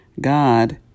God